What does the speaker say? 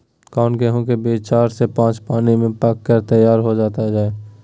कौन गेंहू के बीज चार से पाँच पानी में पक कर तैयार हो जा हाय?